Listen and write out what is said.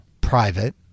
private